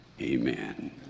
amen